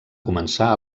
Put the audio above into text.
començar